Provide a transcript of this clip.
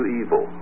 evil